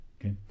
okay